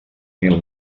mil